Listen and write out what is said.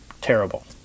terrible